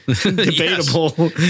Debatable